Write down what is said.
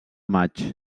maig